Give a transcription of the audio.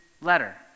letter